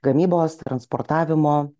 gamybos transportavimo